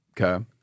Okay